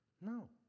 No